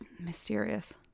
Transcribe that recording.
mysterious